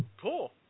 Cool